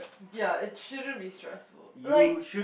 ya it shouldn't be stressful like